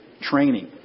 training